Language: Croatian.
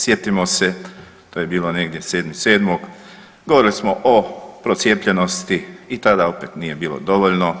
Sjetimo se to je bilo negdje 7.7. govorili smo o procijepljenosti i tada opet nije bilo dovoljno.